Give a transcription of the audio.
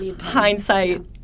hindsight